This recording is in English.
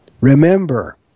remember